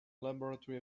laboratory